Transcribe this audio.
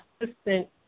assistant